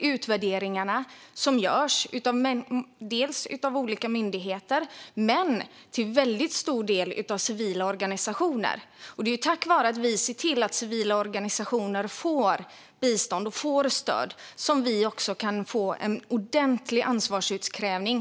utvärderingar som görs dels av olika myndigheter, dels - och till väldigt stor del - av civila organisationer. Det är tack vare att vi ser till att civila organisationer får bistånd och stöd som vi kan få ett ordentligt ansvarsutkrävande.